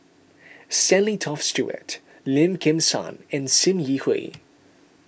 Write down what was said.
Stanley Toft Stewart Lim Kim San and Sim Yi Hui